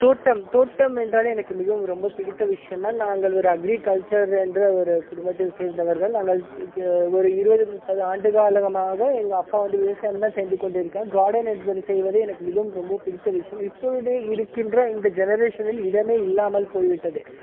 தோட்டம் தோட்டம் என்றாலே எனக்கு மிகவும் ரொம்ப பிடித்த விஷியந்தான் நாங்கள் ஒரு அக்ரிகல்ச்சர் என்ற ஒரு குடும்பத்தில் சேர்ந்தவர்கள் நாங்கள் ஒரு இருபது முப்பது ஆண்டுகாலமாக எங்கள் அப்பா வந்து விவசாயம் தான் செய்து கொண்டியிருக்கிறார் காடன் செய்து எனக்கு மிகவும் ரொம்ப பிடித்த விஷயம் இப்பொழுது இருக்கின்ற இந்த ஜெனரேஷனில் இடமே இல்லாமல் போய் விட்டது